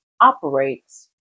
operates